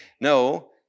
No